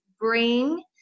bring